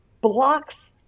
blocks